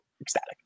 ecstatic